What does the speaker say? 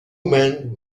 men